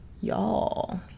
Y'all